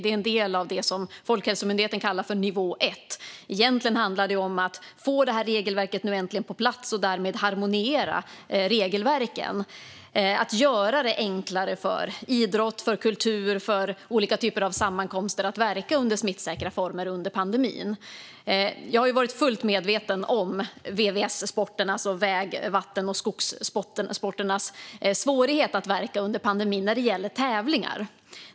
Det är en del av det som Folkhälsomyndigheten kallar nivå 1. Egentligen handlar det om att äntligen få det här regelverket på plats och därmed harmoniera regelverken - att göra det enklare för idrott, kultur och olika typer av sammankomster att verka under smittsäkra former under pandemin. Jag har varit fullt medveten om svårigheten för VVS-sporterna, alltså väg-, vatten och skogssporterna, att verka under pandemin när det gäller tävlingar.